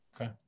Okay